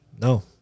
no